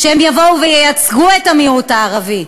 שהם יבואו וייצגו את המיעוט הערבי,